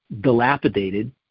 dilapidated